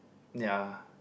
ya